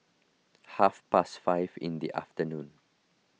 half past five in the afternoon